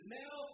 now